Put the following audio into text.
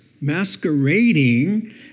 masquerading